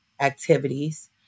activities